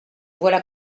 voilà